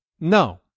no